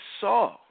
saw